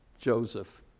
Joseph